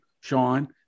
Sean